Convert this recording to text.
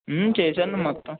చేశానండి మొత్తం